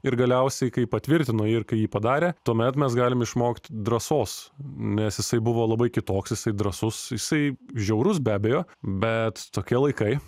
ir galiausiai kai patvirtino jį ir kai jį padarė tuomet mes galime išmokt drąsos nes jisai buvo labai kitoks jisai drąsus jisai žiaurus be abejo bet tokie laikai